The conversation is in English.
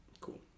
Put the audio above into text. Cool